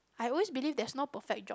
I always believe there's no perfect job